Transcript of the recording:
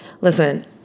Listen